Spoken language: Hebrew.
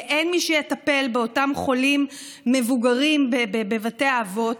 ואין מי שיטפל באותם חולים מבוגרים בבתי האבות.